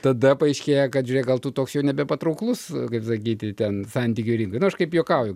tada paaiškėja kad žiūrėk gal tu toks jau nebepatrauklus kaip sakyti ten santykių ir aš kaip juokauju